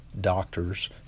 doctors